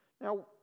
Now